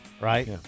Right